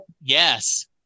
Yes